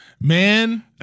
Man